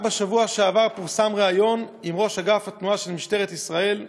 רק בשבוע שעבר פורסם ריאיון עם ראש אגף התנועה של משטרת ישראל,